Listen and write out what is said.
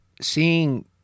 seeing